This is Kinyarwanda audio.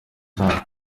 zaho